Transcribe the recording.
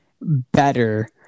better